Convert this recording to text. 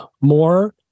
more